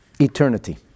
eternity